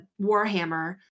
Warhammer